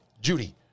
Judy